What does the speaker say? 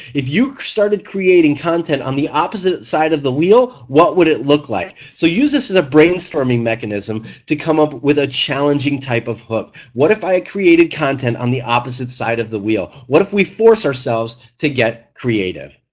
if you started creating content on the opposite side of the wheel what would it look like? so use this as a brainstorming mechanism to come up with a challenging type of hook. what if i created content on the opposite side of the wheel, what if we force ourselves to get creative?